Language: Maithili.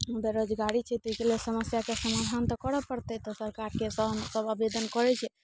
बेरोजगारी छै तऽ ओहिके लेल समस्याके समाधान तऽ करऽ पड़तै तऽ सरकारके सब आवेदन करैत छै